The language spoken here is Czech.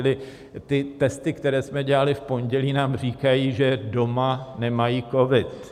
Čili ty testy, které jsme dělali v pondělí, nám říkají, že doma nemají covid.